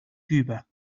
cuba